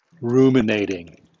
ruminating